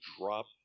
drop